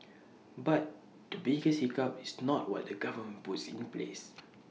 but the biggest hiccup is not what the government puts in place